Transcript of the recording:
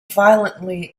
violently